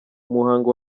umuhango